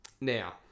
Now